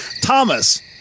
thomas